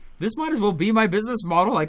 this might as well be my business model, like